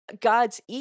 God's